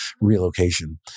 relocation